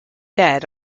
dead